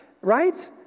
right